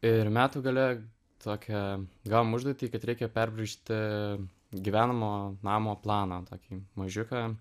ir metų gale tokią gavom užduotį kad reikia perbraižyti gyvenamo namo planą tokį mažiuką